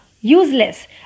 Useless